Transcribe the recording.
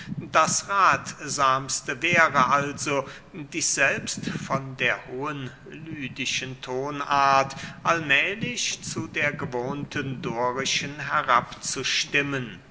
das rathsamste wäre also dich selbst von der hohen lydischen tonart allmählich zu der gewohnten dorischen